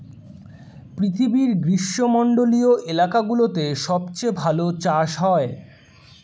পৃথিবীর গ্রীষ্মমন্ডলীয় এলাকাগুলোতে সবচেয়ে ভালো চাষ হয়